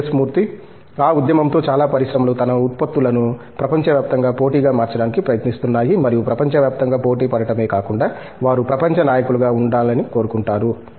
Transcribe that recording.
మూర్తి ఆ ఉద్యమంతో చాలా పరిశ్రమలు తమ ఉత్పత్తులను ప్రపంచవ్యాప్తంగా పోటీగా మార్చడానికి ప్రయత్నిస్తున్నాయి మరియు ప్రపంచవ్యాప్తంగా పోటీపడటమే కాకుండా వారు ప్రపంచ నాయకులుగా ఉండాలని కోరుకుంటారు